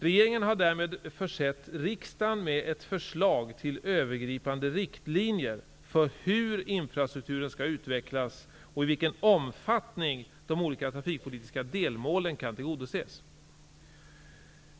Regeringen har därmed försett riksdagen med ett förslag till övergripande riktlinjer för hur infrastrukturen skall utvecklas och i vilken omfattning de olika trafikpolitiska delmålen kan tillgodoses.